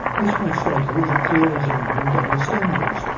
this might strike you as a clear example of double standards,